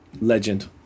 Legend